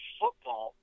football